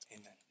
amen